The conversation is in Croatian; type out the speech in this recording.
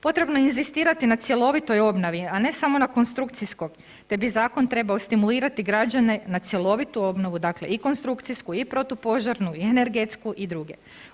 Potrebno je inzistirati na cjelovitoj obnovi, a ne samo na konstrukcijskoj, te bi zakon trebao stimulirati građane na cjelovitu obnovu, dakle i konstrukcijsku i protupožarnu i energetsku i druge.